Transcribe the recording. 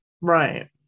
right